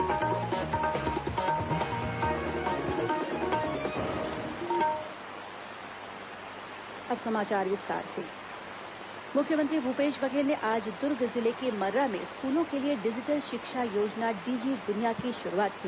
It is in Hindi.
शाला प्रवेश उत्सव मुख्यमंत्री मुख्यमंत्री भूपेश बघेल ने आज दुर्ग जिले के मर्रा में स्कूलों के लिए डिजिटल शिक्षा योजना डीजी द्निया की शुरूआत की